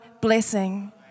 blessing